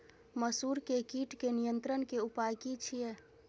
मसूर के कीट के नियंत्रण के उपाय की छिये?